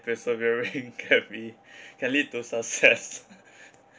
persevering can be can lead to success